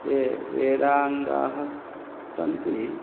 ये वेदाङ्गाः सन्ति